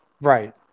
Right